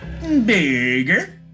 bigger